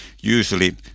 usually